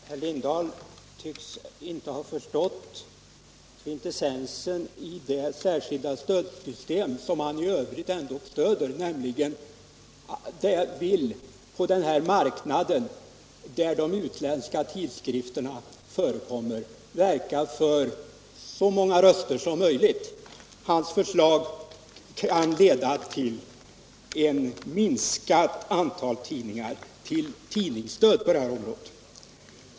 Herr talman! Herr Lindahl i Hamburgsund tycks inte ha förstått kvintessensen i det särskilda stödsystem som han i övrigt biträder, nämligen att på den marknad där de tidskrifter på annat språk förekommer verka för så många röster som möjligt. Hans förslag kan leda till ett minskat antal tidningar, till tidningsdöd.